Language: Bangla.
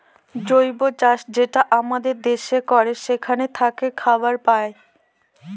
জৈব চাষ যেটা আমাদের দেশে করে সেখান থাকে খাবার পায়